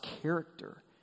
character